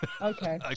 okay